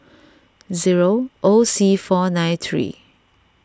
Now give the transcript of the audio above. zero O C four nine three